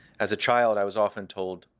as a child, i was often told,